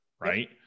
right